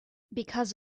because